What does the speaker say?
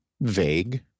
vague